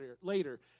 later